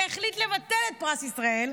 שהחליט לבטל את פרס ישראל,